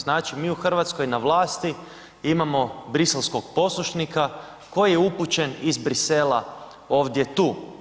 Znači, mi u Hrvatskoj na vlasti imamo briselskog poslušnika, koji je upućen iz Bruxellesa ovdje tu.